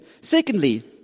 Secondly